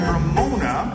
Ramona